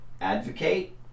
advocate